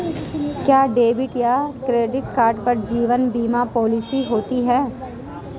क्या डेबिट या credit card पर जीवन बीमा पॉलिसी होती है?